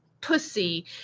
pussy